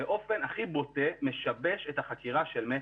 באופן הכי בוטה משבש את החקירה של מצ"ח.